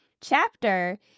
chapter